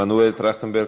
חבר הכנסת מנואל טרכטנברג,